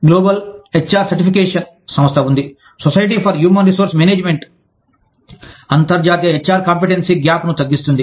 global HR certification సంస్థ ఉంది Society for Human Resource Management అంతర్జాతీయ హెచ్ఆర్ కాంపిటెన్సీ గ్యాప్ను తగ్గిస్తుంది